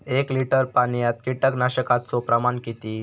एक लिटर पाणयात कीटकनाशकाचो प्रमाण किती?